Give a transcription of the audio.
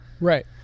Right